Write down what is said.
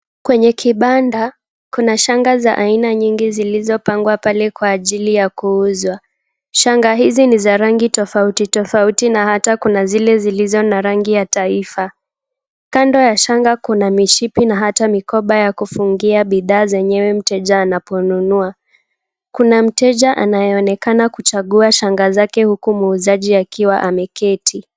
Kwenye kibanda, kuna shanga za aina nyingi zilizopangwa pale kwa ajili ya kuuzwa. Shanga hizi ni za rangi tofauti tofauti na hata kuna zile zilizo na rangi ya taifa. Kando ya shanga, kuna mishipi na hata mikoba ya kufungia bidhaa zenyewe mteja anaponunua. Kuna mteja anayeonekana kuchagua shanga zake hukuu muuzaji akiwa ameketi.